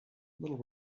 little